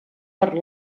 per